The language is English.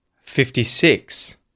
fifty-six